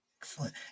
Excellent